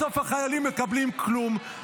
בסוף החיילים מקבלים כלום.